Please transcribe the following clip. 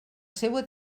seua